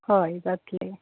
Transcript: हय जातलें